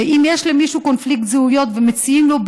ואם יש למישהו קונפליקט זהויות ומציעים לו,